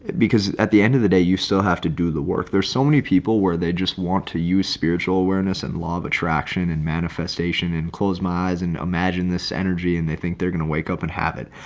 because at the end of the day, you still have to do the work. there's so many people where they just want to use spiritual awareness and law of attraction and manifestation and close my eyes and imagine this energy and they think they're going to wake up and habit.